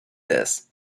this